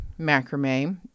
macrame